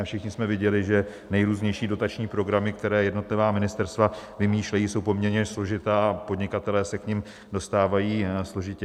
Všichni jsme viděli, že nejrůznější dotační programy, které jednotlivá ministerstva vymýšlejí, jsou poměrně složité a podnikatelé se k nim dostávají složitě.